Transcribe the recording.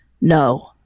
no